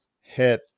hit